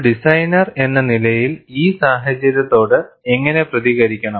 ഒരു ഡിസൈനർ എന്ന നിലയിൽ ഈ സാഹചര്യത്തോട് എങ്ങനെ പ്രതികരിക്കണം